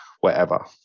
wherever